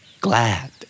glad